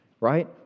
right